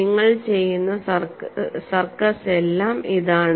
നിങ്ങൾ ചെയ്യുന്ന സർക്കസ് എല്ലാം ഇതാണ്